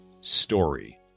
story